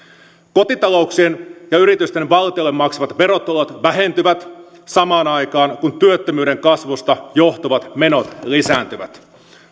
kotitalouksien ja yritysten valtiolle maksamat verotulot vähentyvät samaan aikaan kuin työttömyyden kasvusta johtuvat menot lisääntyvät